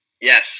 Yes